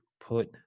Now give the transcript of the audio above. put